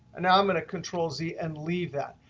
ah now i'm going to control z and leave that.